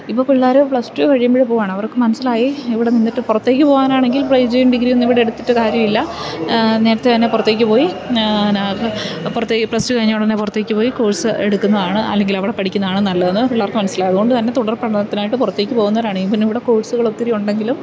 ഇപ്പോള് പിള്ളേര് plus two കഴിയുമ്പോള് പോവാണ് അവർക്കു മനസ്സിലായി ഇവിടെ നിന്നിട്ട് പുറത്തേക്കു പോകാനാണെങ്കിൽ പി ജിയും ഡിഗ്രി ഒന്നും ഇവിടെ എടുത്തിട്ട് കാര്യമില്ല നേരത്തെ തന്നെ പുറത്തേക്കു പോയി പുറത്തേക്കു പോയി പ്ലസ് ടു കഴിഞ്ഞ ഉടനെ പുറത്തേക്കു പോയി കോഴ്സ് എടുക്കുന്നതാണ് അല്ലെങ്കിൽ അവിടെ പഠിക്കുന്നാണു നല്ലതെന്നു പിള്ളേർക്കു മനസ്സിലായി അതുകൊണ്ടുതന്നെ തുടർപഠനത്തിനായിട്ട് പുറത്തേക്കു പോകുന്നവരാണെങ്കില്പ്പിന്നെ ഇവിടെ കോഴ്സുകള് ഒത്തിരി ഉണ്ടെങ്കിലും